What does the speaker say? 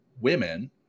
women